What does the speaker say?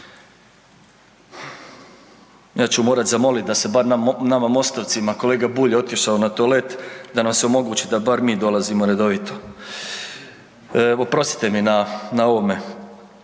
ja ću morat zamolit da se bar nama Mostovcima, kolega Bulj je otišao na toalet, da nam se omogući da bar mi dolazimo redovito. Oprostite mi na ovome.